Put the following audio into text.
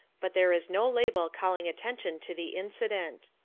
but there is no label calling attention to the incident.